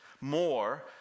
more